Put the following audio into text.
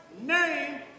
name